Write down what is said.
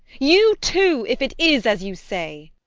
you, too if it is as you say!